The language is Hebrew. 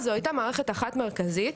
אז זו הייתה מערכת אחת מרכזית,